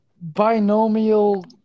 binomial